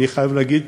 אני חייב להגיד,